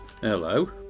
Hello